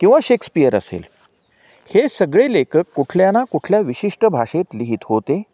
किंवा शेक्सपियर असेल हे सगळे लेखक कुठल्या ना कुठल्या विशिष्ट भाषेत लिहित होते